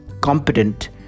competent